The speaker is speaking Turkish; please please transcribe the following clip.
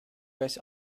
beş